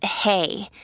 hey